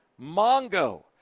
Mongo